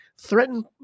threatened